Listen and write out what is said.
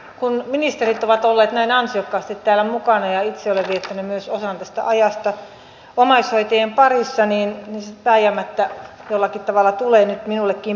kun ministerit ovat olleet näin ansiokkaasti täällä mukana ja myös itse olen viettänyt osan tästä ajasta omaishoitajien parissa niin se vääjäämättä jollakin tavalla tulee nyt minullekin pintaan